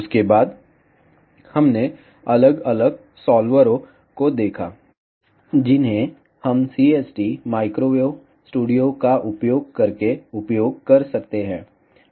उसके बाद हमने अलग अलग सॉल्वरों को देखा जिन्हें हम CST माइक्रोवेव स्टूडियो का उपयोग करके उपयोग कर सकते हैं